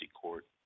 court